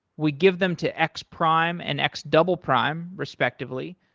we give them to x prime and x double prime respectively,